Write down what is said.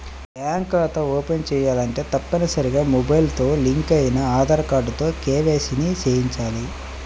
bank ఖాతా open చేయాలంటే తప్పనిసరిగా మొబైల్ తో లింక్ అయిన ఆధార్ కార్డుతో కేవైసీ ని చేయించాలి